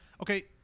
okay